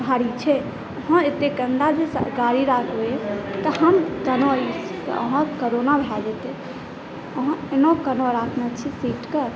भारी छै अहाँ एतेक गंदा जे गाड़ी राखबै तहन केना अहाँ कोरोना भए जेतै अहाँ एना केना राखने छी सीटके